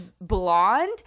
blonde